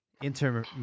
Inter